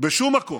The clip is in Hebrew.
בשום מקום.